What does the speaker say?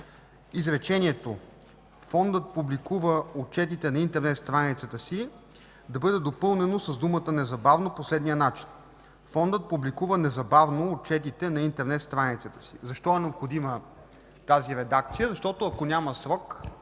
Изречението: „Фондът публикува отчетите на интернет страницата си.” да бъде допълнено с думата „незабавно” по следния начин: „Фондът публикува незабавно отчетите на интернет страницата си.”. Защо е необходима тази редакция? Ако няма срок,